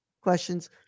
questions